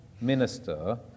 minister